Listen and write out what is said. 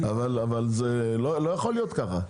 אבל לא יכול להיות ככה.